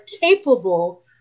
capable